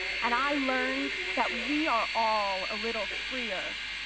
and i learned that we are all a little freer,